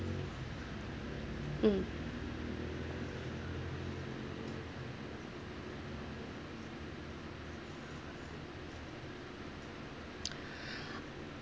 mm